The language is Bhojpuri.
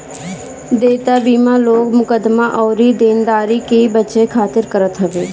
देयता बीमा लोग मुकदमा अउरी देनदारी से बचे खातिर करत हवे